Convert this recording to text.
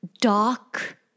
dark